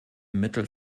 mittel